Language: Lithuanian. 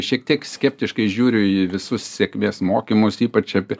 šiek tiek skeptiškai žiūriu į visus sėkmės mokymus ypač apie